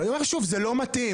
אני אומר שוב שזה לא מתאים.